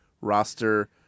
roster